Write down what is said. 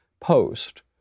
post